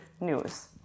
news